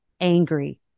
angry